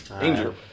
Danger